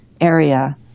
area